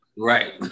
Right